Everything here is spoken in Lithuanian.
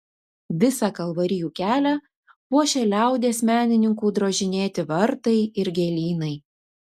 visą kalvarijų kelią puošia liaudies menininkų drožinėti vartai ir gėlynai